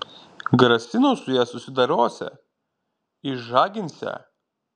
grasino su ja susidorosią išžaginsią